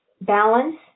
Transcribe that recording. balance